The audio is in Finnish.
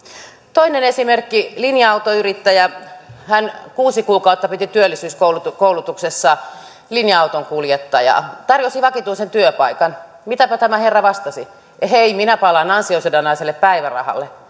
toinen esimerkki linja autoyrittäjä hän kuusi kuukautta piti työllisyyskoulutuksessa linja autonkuljettajaa tarjosi vakituisen työpaikan mitäpä tämä herra vastasi ehei minä palaan ansiosidonnaiselle päivärahalle